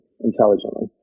intelligently